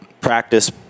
practice